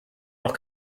noch